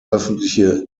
öffentliche